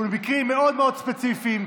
היא במקרים מאוד מאוד ספציפיים.